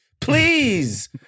please